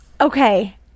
okay